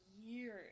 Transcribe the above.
years